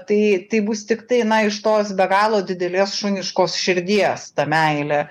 tai tai bus tiktai na iš tos be galo didelės šuniškos širdies ta meilė